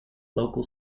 local